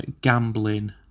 gambling